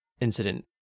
incident